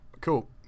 Cool